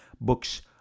books